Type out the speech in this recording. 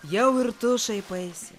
jau ir tu šaipaisi